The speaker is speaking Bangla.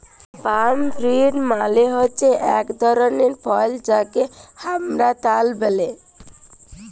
পাম ফ্রুইট মালে হচ্যে এক ধরলের ফল যাকে হামরা তাল ব্যলে